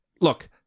Look